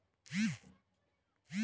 मछली के तेल दवाइयों बनावल जाला